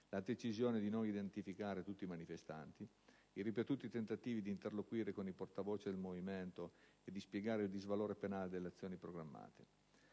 la decisione di non identificare tutti i manifestanti; i ripetuti tentativi di interloquire con i portavoce del Movimento e di spiegare il disvalore penale delle azioni programmate.